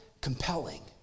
compelling